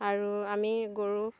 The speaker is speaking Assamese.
আৰু আমি গৰু